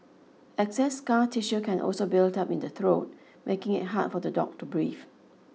excess scar tissue can also build up in the throat making it hard for the dog to breathe